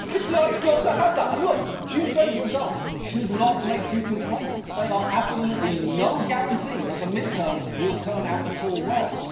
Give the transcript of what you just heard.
it's nice not to have that. and, look, tuesday's results should not make you complacent. they are absolutely no guarantee that the midterms will turn out at all well.